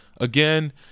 Again